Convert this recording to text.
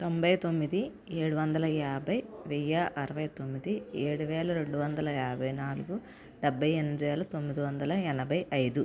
తొంభై తొమ్మిది ఏడు వందల యాభై వెయ్యి అరవై తొమ్మిది ఏడు వేల రెండు వందల యాభై నాలుగు డెబ్బై ఎనిమిది వేల తొమ్మిది వందల ఎనభై ఐదు